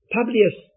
Publius